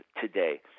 today